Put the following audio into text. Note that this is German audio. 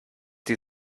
sie